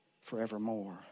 forevermore